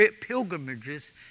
pilgrimages